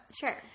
Sure